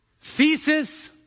Thesis